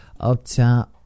Uptop